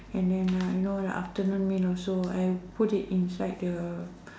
and then uh you know the afternoon meal also I put it inside the